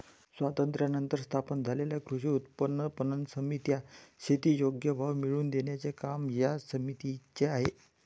स्वातंत्र्यानंतर स्थापन झालेल्या कृषी उत्पन्न पणन समित्या, शेती योग्य भाव मिळवून देण्याचे काम या समितीचे आहे